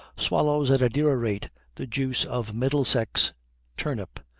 swallows at a dearer rate the juice of middlesex turnip,